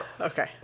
Okay